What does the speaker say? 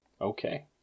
Okay